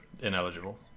ineligible